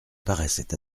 paraissait